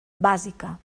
bàsica